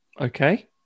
Okay